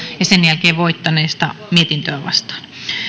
ja sen jälkeen voittaneesta mietintöä vastaan